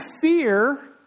fear